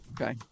Okay